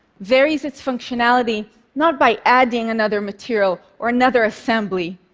varies its functionality not by adding another material or another assembly,